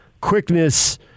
quickness